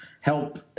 help